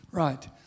Right